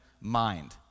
mind